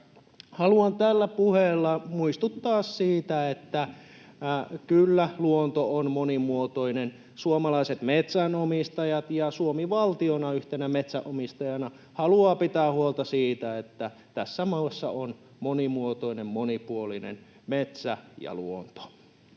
Haluan tällä puheella muistuttaa siitä, että kyllä luonto on monimuotoinen. Suomalaiset metsänomistajat ja Suomi valtiona yhtenä metsänomistajana haluavat pitää huolta siitä, että tässä maassa on monimuotoinen, monipuolinen metsä ja luonto.